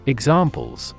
Examples